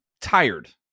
tired